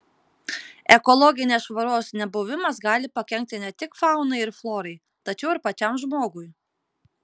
ekologinės švaros nebuvimas gali pakenkti ne tik faunai ir florai tačiau ir pačiam žmogui